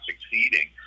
succeeding